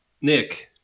Nick